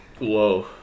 whoa